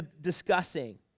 discussing